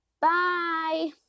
Bye